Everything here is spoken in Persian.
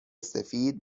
سفید